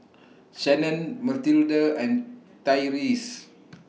Shannon Mathilde and Tyreese